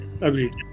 Agreed